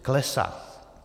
Klesá.